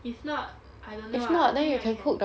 if not I don't know ah I think I can